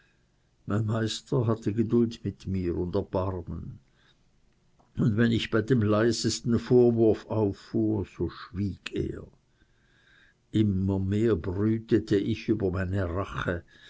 mein meister hatte geduld mit mir und erbarmen und wenn ich bei dem leisesten vorwurf auffuhr so schwieg er immer mehr brütete ich über meine rache